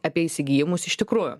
apie įsigijimus iš tikrųjų